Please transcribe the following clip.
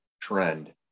trend